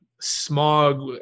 smog